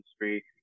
industry